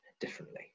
differently